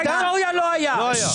בהיסטוריה לא היה.